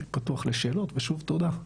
אני פתוח לשאלות, ושוב תודה.